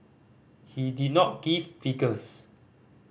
he did not give figures